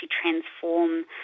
transform